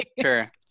Sure